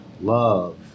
Love